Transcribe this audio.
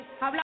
¡Habla